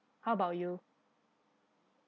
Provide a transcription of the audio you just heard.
how about you